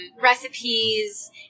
recipes